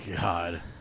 God